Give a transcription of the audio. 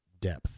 depth